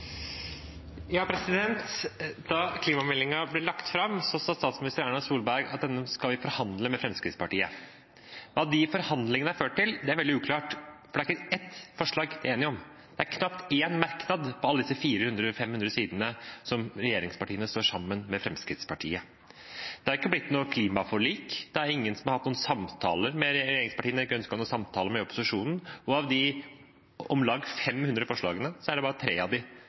Da klimameldingen ble lagt fram, sa statsminister Erna Solberg at denne skulle de forhandle med Fremskrittspartiet. Hva de forhandlingene har ført til, er veldig uklart, for det er ikke ett forslag de er enig om. Det er knapt én merknad på alle disse 400–500 sidene der regjeringspartiene står sammen med Fremskrittspartiet. Det er ikke blitt noe klimaforlik, regjeringspartiene har ikke ønsket noen samtaler med opposisjonen, og av de om lag 500 forslagene er det bare tre som regjeringspartiene stemmer for. Så er det helt riktig at de